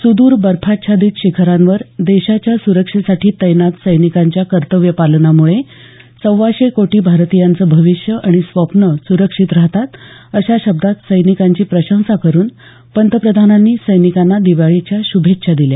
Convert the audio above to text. सुदूर बर्फाच्छादित शिखरांवर देशाच्या सुरक्षेसाठी तैनात सैनिकांच्या कर्तव्य पालनामुळे सव्वाशे कोटी भारतीयांचं भविष्यं आणि स्वप्नं सुरक्षित राहतात अशा शब्दात सैनिकांची प्रशंसा करून पंतप्रधानांनी सैनिकांना दिवाळीच्या श्भेच्छा दिल्या